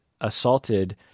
assaulted